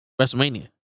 WrestleMania